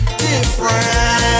different